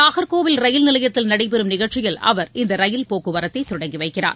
Nagercoil rail நிலையத்தில் நடைபெறும் நிகழ்ச்சியில் அவர் இந்த ரயில் போக்குவரத்தை தொடங்கி வைக்கிறார்